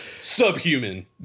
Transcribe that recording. subhuman